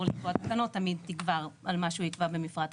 לקבוע תקנות תמיד תגבר על מה שהוא יקבע במפרט אחיד.